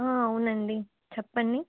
అవునండి చెప్పండి